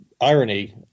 irony